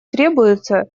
требуется